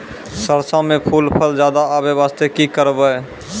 सरसों म फूल फल ज्यादा आबै बास्ते कि करबै?